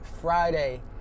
Friday